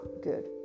good